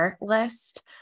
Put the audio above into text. list